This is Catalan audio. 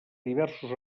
diversos